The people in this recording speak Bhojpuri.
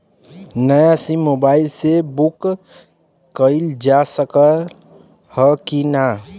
नया सिम मोबाइल से बुक कइलजा सकत ह कि ना?